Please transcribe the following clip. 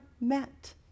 met